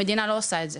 המדינה לא עושה את זה.